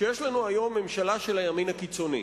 שיש לנו היום ממשלה של הימין הקיצוני,